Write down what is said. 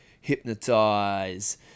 hypnotize